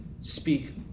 speak